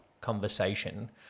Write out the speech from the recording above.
conversation